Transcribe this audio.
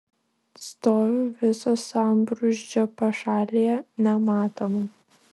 stoviu viso sambrūzdžio pašalėje nematoma